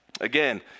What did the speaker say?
Again